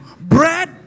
bread